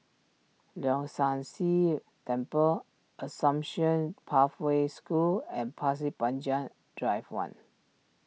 Leong San See Temple Assumption Pathway School and Pasir Panjang Drive one